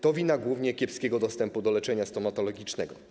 To wina głównie kiepskiego dostępu do leczenia stomatologicznego.